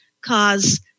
cause